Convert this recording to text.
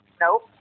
Nope